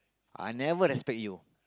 I'll never respect you